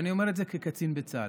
ואני אומר את זה כקצין בצה"ל